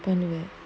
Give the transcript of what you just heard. பண்ணுவேன்:pannuven